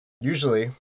Usually